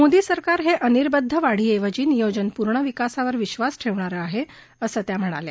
मोदी सरकार हक्क अनिर्बद्ध वाढीऐवजी नियोजन पूर्ण विकासावर विश्वास ठक्षिणारं आहा असं त्या म्हणाल्या